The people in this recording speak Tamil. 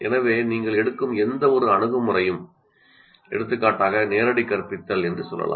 எனவே நீங்கள் எடுக்கும் எந்தவொரு அணுகுமுறையும் நேரடி கற்பித்தல் என்று சொல்லலாம்